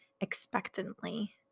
expectantly